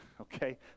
okay